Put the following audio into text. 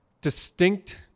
distinct